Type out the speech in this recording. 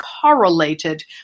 correlated